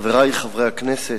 חברי חברי הכנסת,